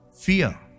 Fear